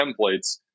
templates